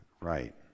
right